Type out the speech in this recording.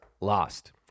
Lost